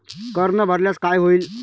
कर न भरल्यास काय होईल?